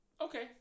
Okay